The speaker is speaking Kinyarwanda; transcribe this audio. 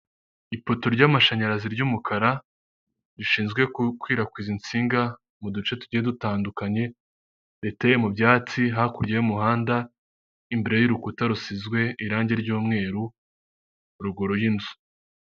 Ipoto ry'amashanyarazi ry'umukara, rishinzwe gukwirakwiza insinga, mu duce tujye dutandukanyeteye mu byatsi hakurya y'umuhanda imbere y'urukuta rusizwe irangi ryyumweru ruguru y'izu.